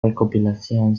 recopilación